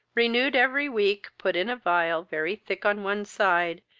renewed every week, put in a phial, very thick on one side,